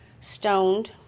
stoned